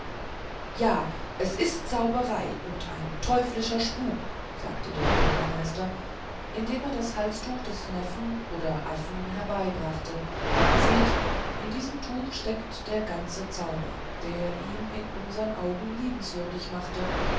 ja es ist zauberei und teuflischer spuk sagte der bürgermeister indem er das halstuch des neffen oder affen herbeibrachte seht in diesem tuch steckte der ganze zauber der ihn in unsern augen liebenswürdig machte